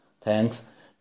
Thanks